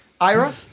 Ira